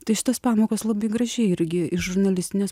tai šitos pamokos labai gražiai irgi iš žurnalistinės